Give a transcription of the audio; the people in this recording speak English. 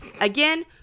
Again